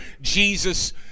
Jesus